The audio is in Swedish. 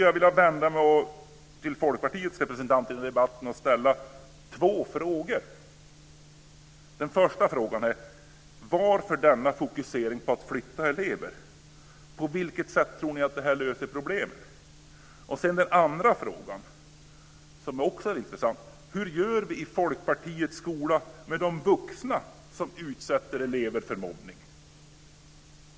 Jag vill vända mig till Folkpartiets representant i debatten och ställa två frågor. Varför denna fokusering på att flytta elever, och på vilket sätt tror ni att det löser problemen? Hur gör vi i Folkpartiets skola med de vuxna som utsätter elever för mobbning?